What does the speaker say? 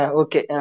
okay